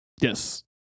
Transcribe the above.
yes